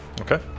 okay